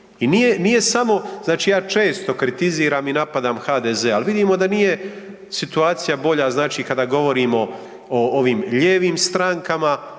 I nije samo znači ja često kritiziram i napadam HDZ, ali vidimo da nije situacija bolja znači kada govorimo o ovim lijevim strankama,